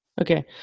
okay